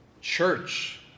church